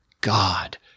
God